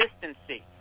consistency